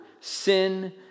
sin